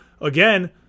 again